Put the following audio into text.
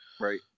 right